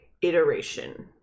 iteration